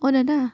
অঁ দাদা